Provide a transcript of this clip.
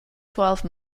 twelve